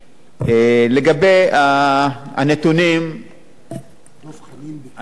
3. לגבי הנתונים אני אגיד לך,